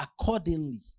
accordingly